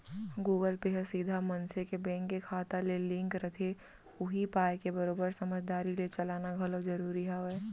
Google Pay ह सीधा मनसे के बेंक के खाता ले लिंक रथे उही पाय के बरोबर समझदारी ले चलाना घलौ जरूरी हावय